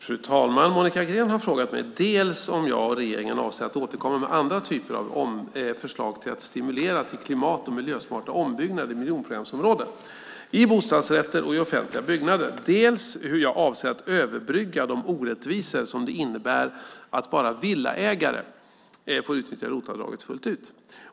Fru talman! Monica Green har frågat mig dels om jag och regeringen avser att återkomma med andra typer av förslag för att stimulera till klimat och miljösmarta ombyggnader i miljonprogramsområden, i bostadsrätter och i offentliga byggnader, dels hur jag avser att överbrygga de orättvisor som det innebär att bara villaägare får utnyttja ROT-skatteavdraget fullt ut.